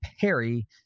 Perry